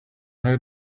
how